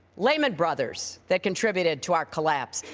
lehman brothers, that contributed to our collapse.